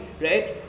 right